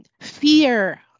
fear